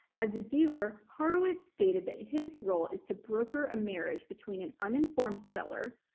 as a dealer, horowitz stated that his role is to broker a marriage between an uninformed seller,